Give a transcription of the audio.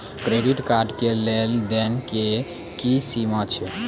Credit card के लेन देन के की सीमा छै?